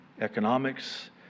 economics